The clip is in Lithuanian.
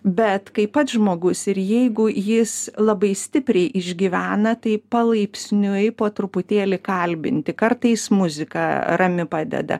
bet kai pats žmogus ir jeigu jis labai stipriai išgyvena tai palaipsniui po truputėlį kalbinti kartais muzika rami padeda